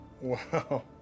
Wow